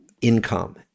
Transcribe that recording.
income